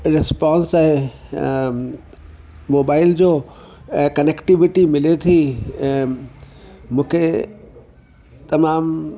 response आहे mobile जो ऐं कनेक्टिविटी मिले थी ऐं मूंखे तमामु